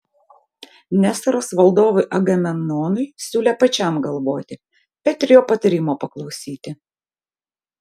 nestoras valdovui agamemnonui siūlė pačiam galvoti bet ir jo patarimo paklausyti